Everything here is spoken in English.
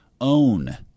Own